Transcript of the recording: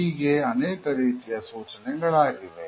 ಹೀಗೆ ಅನೇಕ ರೀತಿಯ ಸೂಚನೆಗಳಾಗಿವೆ